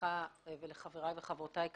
ולך ולחבריי וחברותיי כאן,